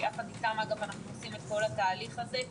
שאיתם אנחנו עושים את כל התהליך הזה,